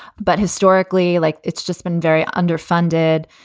but historically, like it's just been very underfunded.